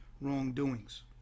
wrongdoings